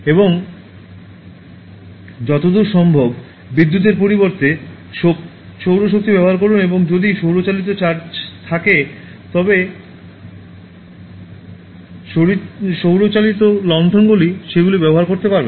এবং যতদূর সম্ভব বিদ্যুতের পরিবর্তে সৌর শক্তি ব্যবহার করুন এবং যদি সৌর চালিত চার্জ থাকে তবে সৌর চালিত লণ্ঠনগুলি সেগুলি ব্যবহার করতে পারেন